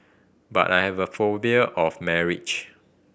but I have a phobia of marriage